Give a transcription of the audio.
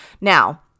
Now